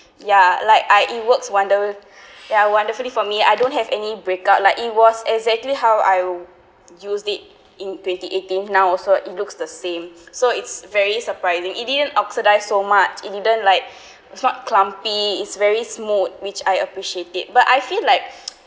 ya like I it works wonder~ ya wonderfully for me I don't have any breakout like it was exactly how I use it in twenty eighteen now also it looks the same so it's very surprising it didn't oxidized so much it didn't like it's not clumpy it's very smooth which I appreciate it but I feel like